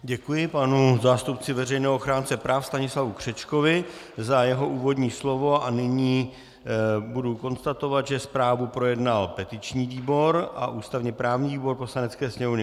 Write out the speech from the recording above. Děkuji panu zástupci veřejného ochránce práv Stanislavu Křečkovi za jeho úvodní slovo a nyní budu konstatovat, že zprávu projednal petiční výbor a ústavněprávní výbor Poslanecké sněmovny.